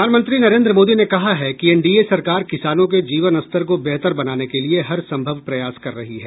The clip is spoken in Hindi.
प्रधानमंत्री नरेन्द्र मोदी ने कहा है कि एन डी ए सरकार किसानों के जीवन स्तर को बेहतर बनाने के लिए हरसंभव प्रयास कर रही हैं